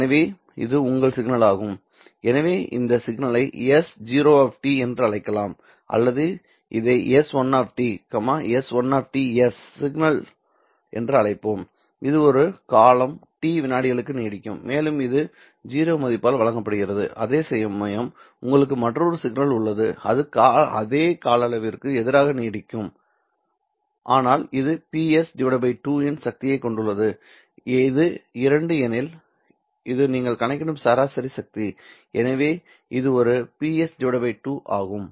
எனவே இது உங்கள் சிக்னல் ஆகும் எனவே இந்த சிக்னலை s 0 என்று அழைக்கலாம் அல்லது இதை s1 s1 s சிக்னல் என்று அழைப்போம் இது ஒரு காலம் T விநாடிகளுக்கு நீடிக்கும் மேலும் இது 0 மதிப்பால் வழங்கப்படுகிறது அதேசமயம் உங்களுக்கு மற்றொரு சிக்னல் உள்ளது இது அதே கால அளவிற்கு எதிராக நீடிக்கும் ஆனால் இது Ps 2 இன் சக்தியைக் கொண்டுள்ளது இது 2 ஏனெனில் இது நீங்கள் கணக்கிடும் சராசரி சக்தி எனவே இது ஒரு Ps 2 ஆகும்